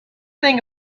thing